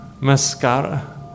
Mascara